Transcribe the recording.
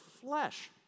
flesh